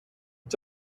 was